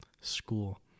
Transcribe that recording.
school